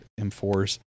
M4s